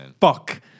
fuck